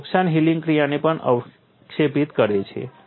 તેથી નુકસાન હીલિંગ ક્રિયાને પણ અવક્ષેપિત કરે છે